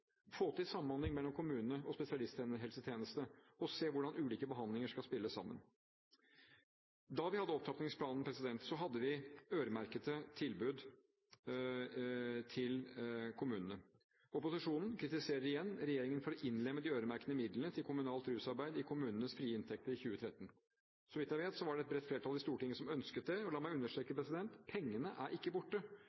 få til samhandling mellom kommunene og spesialisthelsetjenesten, og å se hvordan ulike behandlinger skal spille sammen. Da vi hadde opptrappingsplanen, hadde vi øremerkede tilbud til kommunene. Opposisjonen kritiserer igjen regjeringen for å innlemme de øremerkede midlene til kommunalt rusarbeid i kommunenes frie inntekter i 2013. Så vidt jeg vet, var det et bredt flertall i Stortinget som ønsket det, og la meg understreke: